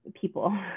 people